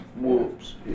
Whoops